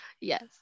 Yes